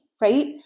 right